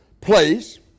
place